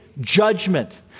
judgment